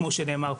כמו שנאמר פה.